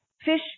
fish